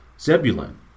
Zebulun